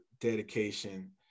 dedication